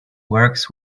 works